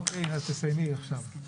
תסיימי עכשיו.